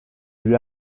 lui